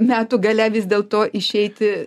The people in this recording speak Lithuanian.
metų gale vis dėlto išeiti